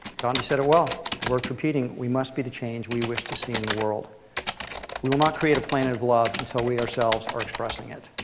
gandhi said it well. it's worth repeating. we must be the change we wish to see in the world we will not create a planet of love until we ourselves are expressing it.